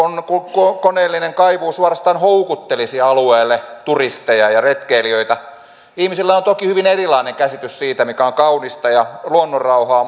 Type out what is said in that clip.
koneellinen kaivuu suorastaan houkuttelisi alueelle turisteja ja retkeilijöitä ihmisillä on toki hyvin erilainen käsitys siitä mikä on kaunista ja luonnonrauhaa